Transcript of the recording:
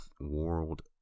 world